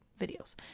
videos